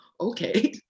Okay